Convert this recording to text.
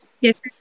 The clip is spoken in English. Yes